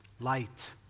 Light